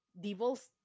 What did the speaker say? devil's